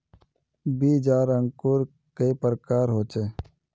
बीज आर अंकूर कई प्रकार होचे?